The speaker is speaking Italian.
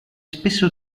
spesso